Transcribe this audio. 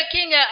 King